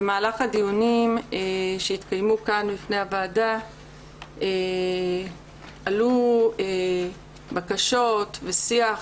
במהלך הדיונים שהתקיימו כאן בפני הוועדה עלו בקשות ושיח